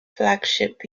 flagship